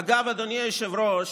אגב, אדוני היושב-ראש,